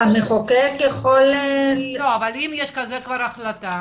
אם כבר יש החלטה.